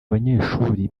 abanyeshuri